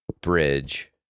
bridge